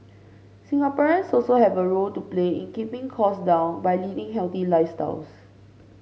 Singaporeans also have a role to play in keeping costs down by leading healthy lifestyles